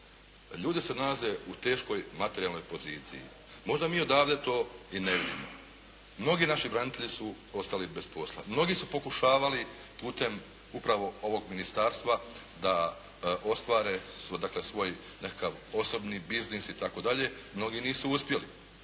Ljudi se nalaze u teškoj materijalnoj poziciji. Možda mi odavde to i ne vidimo. Mnogi naši branitelji su ostali bez posla. Mnogi su pokušavali putem upravo ovog ministarstva da ostvare dakle svoj nekakav osobni biznis itd. Mnogi nisu uspjeli,